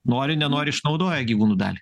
nori nenori išnaudoja gyvūnų dalį